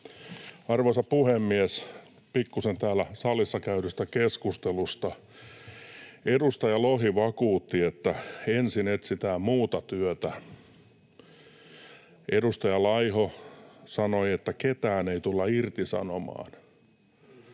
Arvoisa puhemies! Pikkuisen täällä salissa käydystä keskustelusta. Edustaja Lohi vakuutti, että ensin etsitään muuta työtä. Edustaja Laiho sanoi, että ketään ei tulla irtisanomaan.